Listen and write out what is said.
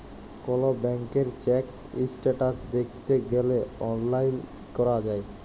call ব্যাংকের check status দ্যাইখতে গ্যালে অললাইল ক্যরা যায়